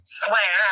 swear